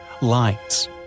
lights